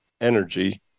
energy